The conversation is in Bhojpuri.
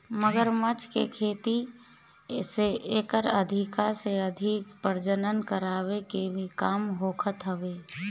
मगरमच्छ के खेती से एकर अधिका से अधिक प्रजनन करवाए के भी काम होखत हवे